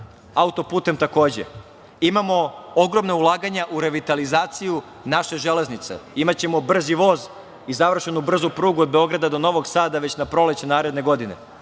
auto putem takođe. Imamo ogromna ulaganja u revitalizaciju naše železnice. Imaćemo brzi voz i završenu brzu prugu od Beograda do Novog Sada već na proleće naredne godine. Dakle,